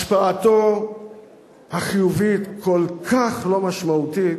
השפעתו החיובית כל כך לא משמעותית,